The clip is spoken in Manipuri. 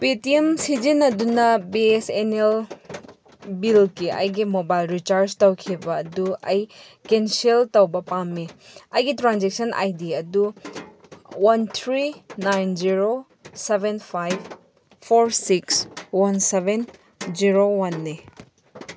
ꯄꯦ ꯇꯤ ꯑꯦꯝ ꯁꯤꯖꯤꯟꯅꯗꯨꯅ ꯕꯤ ꯑꯦꯁ ꯑꯦꯟ ꯑꯦꯜ ꯕꯤꯜꯒꯤ ꯑꯩꯒꯤ ꯃꯣꯕꯥꯏꯜ ꯔꯤꯆꯥꯔꯖ ꯇꯧꯈꯤꯕ ꯑꯗꯨ ꯑꯩ ꯀꯦꯟꯁꯦꯜ ꯇꯧꯕ ꯄꯥꯝꯃꯤ ꯑꯩꯒꯤ ꯇ꯭ꯔꯥꯟꯖꯦꯛꯁꯟ ꯑꯥꯏ ꯗꯤ ꯑꯗꯨ one three nine zero seven five four six one seven zero ꯋꯥꯟꯅꯦ